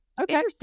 okay